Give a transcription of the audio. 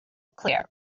clear